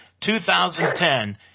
2010